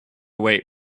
wait